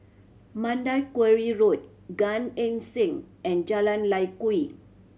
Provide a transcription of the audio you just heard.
Mandai Quarry Road Gan Eng Seng and Jalan Lye Kwee